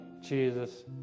Jesus